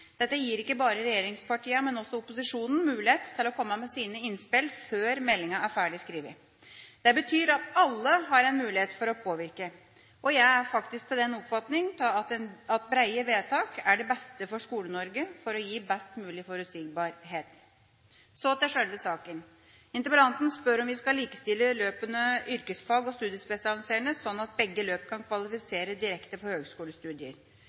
Dette gir ikke bare regjeringspartiene, men også opposisjonen mulighet til å komme med sine innspill før meldinga er ferdig skrevet. Det betyr at alle har en mulighet til å påvirke. Og jeg er faktisk av den oppfatning at brede vedtak er det beste for å gi Skole-Norge best mulig forutsigbarhet. Så til sjølve saken. Interpellanten spør om vi skal likestille løpene yrkesfag og studiespesialiserende, slik at begge løp kan kvalifisere direkte til høgskolestudier.